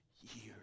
years